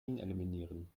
eliminieren